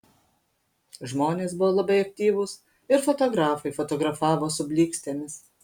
žmonės buvo labai aktyvūs ir fotografai fotografavo su blykstėmis